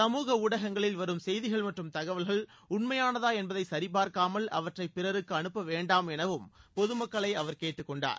சமூக ஊடகங்களில் வரும் செய்திகள் மற்றும் தகவல்கள் உண்மையானதா என்பதை சரிபார்க்காமல் அவற்றை பிறருக்கு அனுப்ப வேண்டாம் எனவும் பொதுமக்களை அவர் கேட்டுக்கொண்டார்